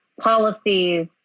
policies